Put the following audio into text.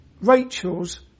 Rachel's